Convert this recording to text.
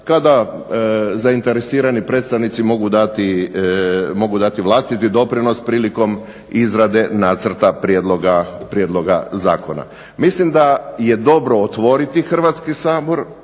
kada zainteresirani predstavnici mogu dati vlastiti doprinos prilikom izrade nacrta prijedloga zakona. Mislim da je dobro otvoriti Hrvatski sabor